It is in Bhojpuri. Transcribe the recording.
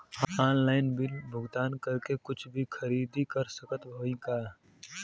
ऑनलाइन बिल भुगतान करके कुछ भी खरीदारी कर सकत हई का?